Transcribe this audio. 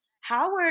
Howard